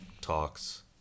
talks